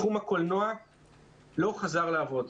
תחום הקולנוע לא חזר לעבוד.